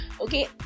okay